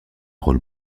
rôle